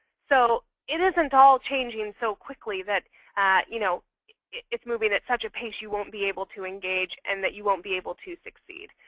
so it isn't all changing so quickly that you know it's moving at such a pace you won't be able to engage and that you won't be able to succeed.